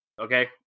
Okay